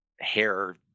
hair